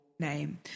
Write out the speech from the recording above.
name